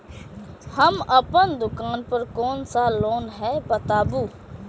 हम अपन दुकान पर कोन सा लोन हैं बताबू?